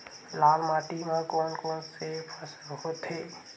लाल माटी म कोन कौन से फसल होथे?